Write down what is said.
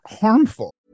harmful